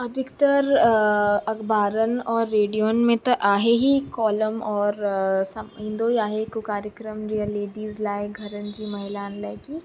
अधिकतर अख़बारनि और रेडियुनि में त आहे ई कॉलम औरि सभु ईंदो ई आहे हिकु कार्यक्रम जीअं लेडीज़ लाइ घरनि जी महिलाउनि लाइ की